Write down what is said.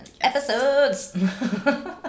episodes